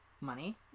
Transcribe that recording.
Money